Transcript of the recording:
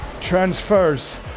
transfers